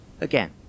Again